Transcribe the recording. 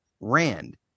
Rand